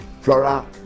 flora